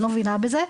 אני לא מבינה בזה.